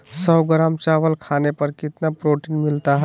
सौ ग्राम चावल खाने पर कितना प्रोटीन मिलना हैय?